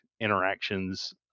interactions